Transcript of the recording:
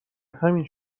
همین